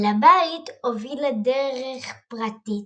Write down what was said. אל הבית הובילה דרך פרטית,